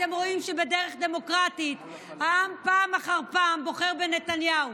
אתם רואים שבדרך דמוקרטית העם פעם אחר פעם בוחר בנתניהו.